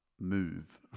move